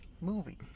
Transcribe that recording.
movie